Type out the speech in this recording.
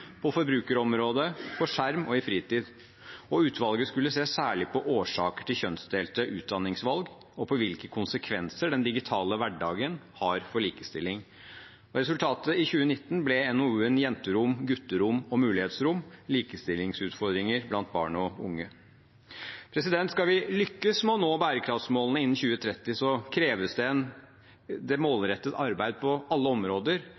på forbrukerområdet, på skjermen og i fritiden. Utvalget skulle særlig se på årsaker til kjønnsdelte utdanningsvalg og på hvilke konsekvenser den digitale hverdagen har for likestilling. Resultatet, i 2019, ble NOU-en «Jenterom, gutterom og mulighetsrom – Likestillingsutfordringer blant barn og unge». Skal vi lykkes med å nå bærekraftsmålene innen 2030, kreves det målrettet arbeid på alle områder,